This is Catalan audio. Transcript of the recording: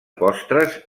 postres